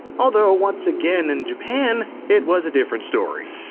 although once again, in japan it was a different story.